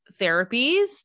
therapies